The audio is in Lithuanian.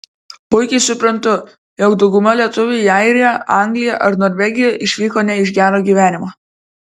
puikiai suprantu jog dauguma lietuvių į airiją angliją ar norvegiją išvyko ne iš gero gyvenimo